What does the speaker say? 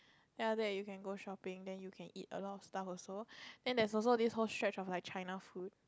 ya then you can go shopping then you can eat a lot of stuffs also and there's also this whole street like China food